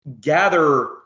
gather